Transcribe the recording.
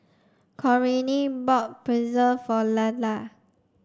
Corinne bought Pretzel for Lelar